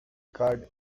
card